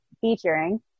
featuring